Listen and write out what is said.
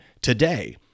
today